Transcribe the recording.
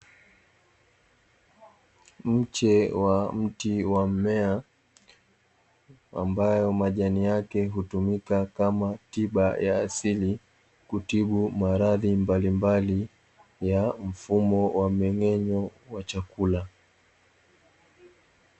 Mche wa mti wa mmea ambayo majani yake hutumika kama tiba ya asili kutibu maradhi mbalimbali ya mfumo wa meng'enyo wa chakula